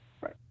Right